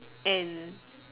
and